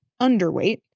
underweight